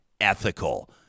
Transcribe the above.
ethical